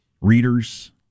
readers